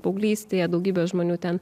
paauglystėje daugybė žmonių ten